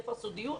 איפה הסודיות?